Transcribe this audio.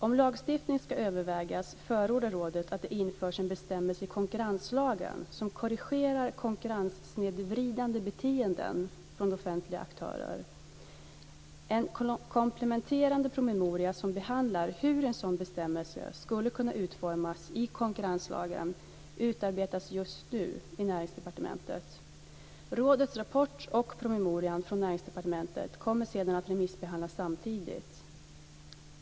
Om lagstiftning ska övervägas förordar rådet att det införs en bestämmelse i konkurrenslagen som korrigerar konkurrenssnedvridande beteenden från offentliga aktörer. En kompletterande promemoria som behandlar hur en sådan bestämmelse skulle kunna utformas i konkurrenslagen utarbetas just nu i Näringsdepartementet. Rådets rapport och promemorian från Näringsdepartementet kommer sedan att remissbehandlas samtidigt.